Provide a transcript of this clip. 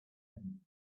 him